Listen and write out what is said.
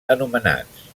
anomenats